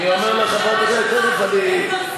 אתה יכול להסביר איך זה שאתה בממשלה מפגין